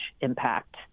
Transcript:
impact